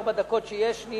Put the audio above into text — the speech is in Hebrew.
ארבע דקות שיש לי